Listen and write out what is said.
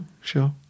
Sure